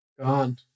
Gone